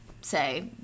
say